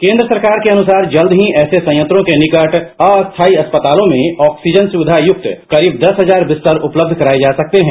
केन्द्र सरकार के अनुसार जल्द ही ऐसे संयंत्रों के निकट अस्थायी अस्पतालों में ऑक्सीजन सुविधा युक्त करीब दस हजार बिस्तर उपलब्ध कराए जा सकते हैं